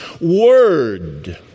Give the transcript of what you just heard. word